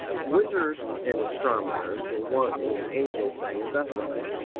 wizards and astronomers were one when the angels sang in bethlehem,